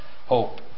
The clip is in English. hope